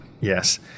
yes